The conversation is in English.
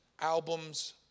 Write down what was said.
albums